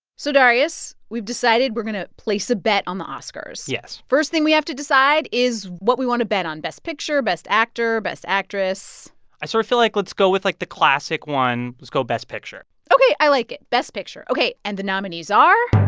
so darius, we've decided we're going to place a bet on the oscars yes first thing we have to decide is what we want to bet on best picture, best actor, best actress i sort of feel like let's go with, like, the classic one. let's go best picture ok. i like best picture. ok. and the nominees are.